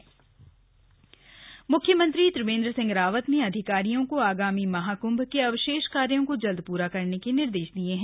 कुभ समीक्षा मुख्यमंत्री त्रिवेन्द्र सिंह रावत ने अधिकारियों को आगामी महाकृंभ के अवशेष कार्यो को जल्द प्रा करने के निर्देश दिये हैं